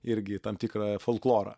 irgi tam tikrą folklorą